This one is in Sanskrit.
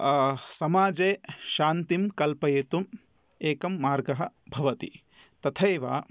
समाजे शान्तिं कल्पयितुम् एकं मार्गः भवति तथैव